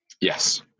Yes